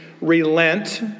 Relent